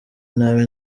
nabi